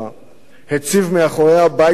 הציב מאחוריה בית מפלסטיק